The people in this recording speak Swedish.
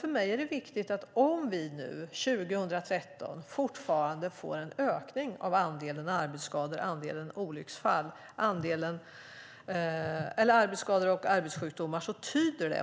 För mig är det dock viktigt att se att det tyder på någonting om vi nu, 2013, fortfarande får en ökning av andelen arbetsskador och arbetssjukdomar.